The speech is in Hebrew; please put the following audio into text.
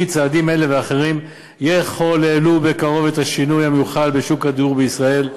כי צעדים אלה ואחרים יחוללו בקרוב את השינוי המיוחל בשוק הדיור בישראל.